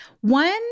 one